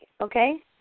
okay